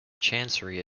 chancery